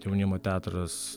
jaunimo teatras